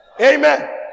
Amen